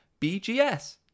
BGS